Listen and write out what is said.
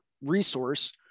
resource